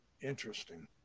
Interesting